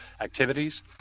activities